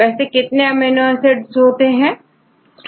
वैसे कितने amino acid होते हैं